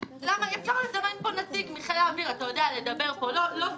אפשר לזמן נציג מחיל האוויר לדבר פה לא זימנו.